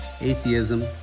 atheism